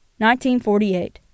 1948